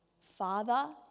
Father